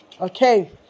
okay